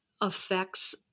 affects